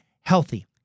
healthy